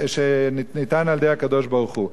שניתן על-ידי הקדוש-ברוך-הוא.